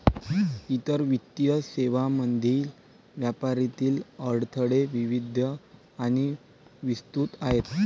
इतर वित्तीय सेवांमधील व्यापारातील अडथळे विविध आणि विस्तृत आहेत